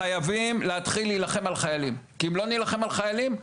שחייבים להילחם על חיילים כי אם לא נילחם על חיילים,